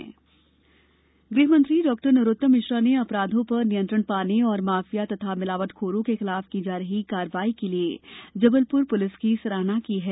गहमंत्री गृहमंत्री डॉ नरोत्तम मिश्र ने अपराधों पर नियंत्रण पाने और माफिया एवं मिलावटखोरों के विरुद्ध की जा रही कार्यवाही के लिये जबलप्र प्रलिस की सराहना की है